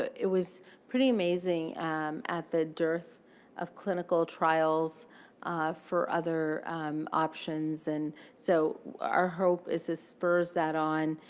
it was pretty amazing at the dearth of clinical trials for other options. and so our hope is this spurs that on.